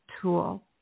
tool